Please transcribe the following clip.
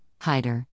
Hider